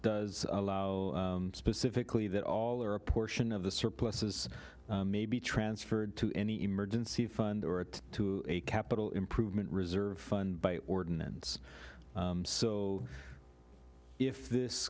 does allow specifically that all or a portion of the surplus is may be transferred to any emergency fund or it's a capital improvement reserve fund by ordinance so if this